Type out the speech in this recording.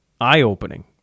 eye-opening